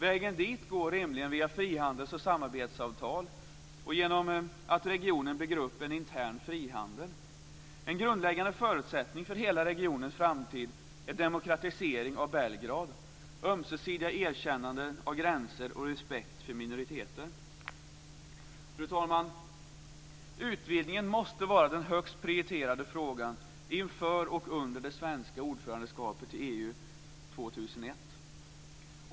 Vägen dit går rimligen via frihandels och samarbetsavtal och genom att regionen bygger upp en intern frihandel. En grundläggande förutsättning för hela regionens framtid är demokratisering av Belgrad, ömsesidiga erkännanden av gränser och respekt för minoriteter. Fru talman! Utvidgningen måste vara den högst prioriterade frågan inför och under det svenska ordförandeskapet i EU år 2001.